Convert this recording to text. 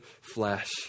flesh